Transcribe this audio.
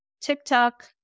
TikTok